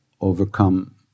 overcome